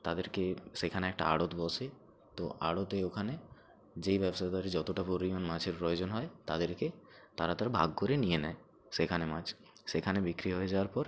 তাদেরকে সেখানে একটা আড়ত বসে তো আড়তে ওখানে যেই ব্যবসাদারই যতটা পরিমাণ মাছের প্রয়োজন হয় তাদেরকে তারা তার ভাগ করে নিয়ে নেয় সেখানে মাছ সেখানে বিক্রি হয়ে যাওয়ার পর